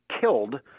killed